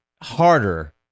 harder